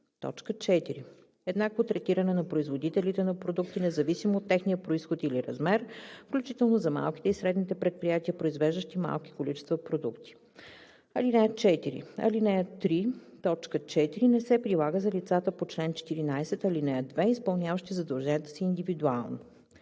4. еднакво третиране на производителите на продукти независимо от техния произход или размер, включително за малките и средните предприятия, произвеждащи малки количества продукти. (4) Алинея 3, т. 4 не се прилага за лицата по чл. 14, ал. 2, изпълняващи задълженията си индивидуално.“